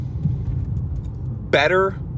better